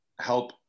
help